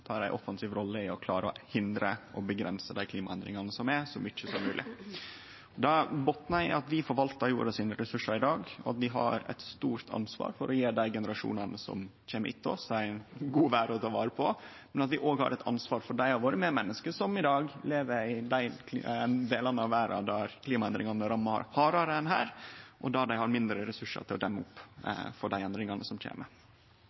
ei offensiv rolle i å klare å hindre og avgrense dei klimaendringane som er, så mykje som mogleg. Det botnar i at vi forvaltar jorda sine ressursar i dag, og at vi har eit stort ansvar for å gje dei generasjonane som kjem etter oss, ei god verd å ta vare på, men at vi òg har eit ansvar for dei av medmenneska våre som i dag lever i dei delane av verda der klimaendringane rammar hardare enn her, og der dei har mindre ressursar til å demme opp for dei endringane som kjem.